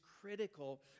critical